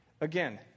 Again